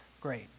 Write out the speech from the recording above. great